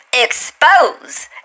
expose